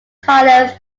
colours